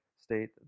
state